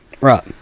Right